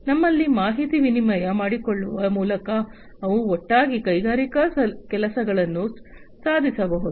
ತಮ್ಮಲ್ಲಿ ಮಾಹಿತಿ ವಿನಿಮಯ ಮಾಡಿಕೊಳ್ಳುವ ಮೂಲಕ ಅವು ಒಟ್ಟಾಗಿ ಕೈಗಾರಿಕಾ ಕೆಲಸಗಳನ್ನು ಸಾಧಿಸಬಹುದು